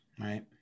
right